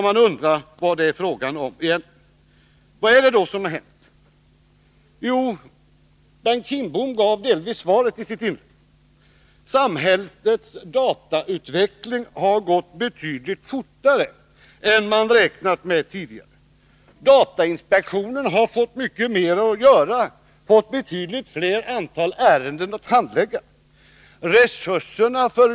Man undrar vad det är fråga om egentligen. Vad är det som hänt? Jo, Bengt Kindbom gav delvis svaret i sitt inlägg. Samhällets datautveckling har gått betydligt fortare än man räknat med tidigare. Datainspektionen har fått mycket mer att göra, fått betydligt fler ärenden att handlägga.